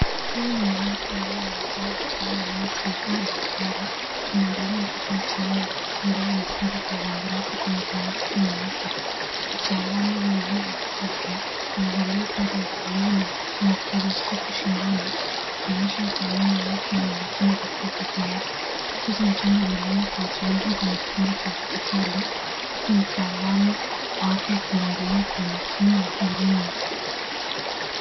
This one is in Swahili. Huyu ni mwanamke anayeonekana kuwa nesi au daktari akimwangalia mtoto mchanga ambaye amefungwa kwa uangalifu kwenye blanketi nyeupe , mtaalamu huyu wa afya amevalia sare buluu na ana stetoskopu shingoni akionyesha utaalamu wa umakini katika kazi yake. Mtoto mchanga amelala kwa utulivu kwenye kitanda cha hospitali huku mtaalamu wa afya akimwangalia kwa umakini na huruma.